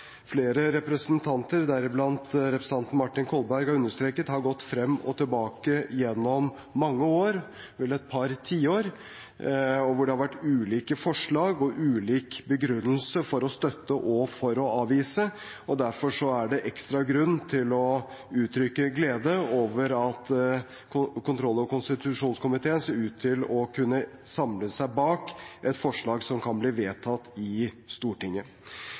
flere representanter, deriblant representanten Martin Kolberg, har understreket har gått frem og tilbake gjennom mange år – vel et par tiår – og hvor det har vært fremmet ulike forslag med ulik begrunnelse for å støtte og for å avvise. Derfor er det ekstra grunn til å uttrykke glede over at kontroll- og konstitusjonskomiteen ser ut til å kunne samle seg bak et forslag som kan bli vedtatt i Stortinget.